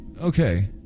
Okay